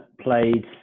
played